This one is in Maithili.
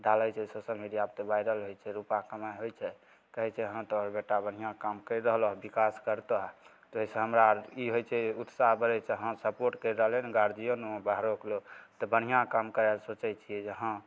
डालै छै सोशल मीडिआपर तऽ वाइरल होइ छै रुपा कमाइ होइ छै कहै छै हँ तोहर बेटा बढ़िआँ काम करि रहलऽ हँ विकास करतऽ तऽ ओहिसे हमरा आर कि होइ छै उत्साह बढ़ै छै हँ सपोर्ट करि रहलै ने गार्जिअनो बाहरोके लोक तऽ बढ़िआँ काम करैके सोचै छिए जे हँ